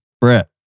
Brett